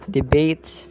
debates